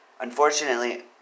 Unfortunately